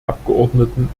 abgeordneten